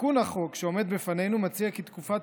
תיקון החוק שעומד בפנינו מציע כי תקופת